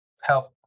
help